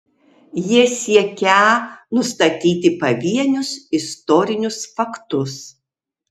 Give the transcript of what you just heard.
jie siekią nustatyti pavienius istorinius faktus